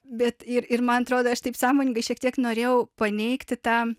bet ir ir man atrodo aš taip sąmoningai šiek tiek norėjau paneigti tą